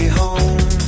home